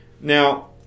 Now